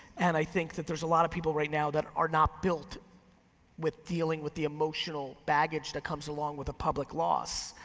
and i think that there's a lot of people right now that are not built with dealing with the emotional baggage that comes along with a public loss.